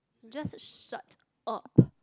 just shut up